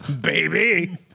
baby